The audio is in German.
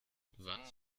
wann